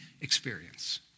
experience